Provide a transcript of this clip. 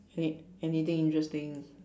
any~ anything interesting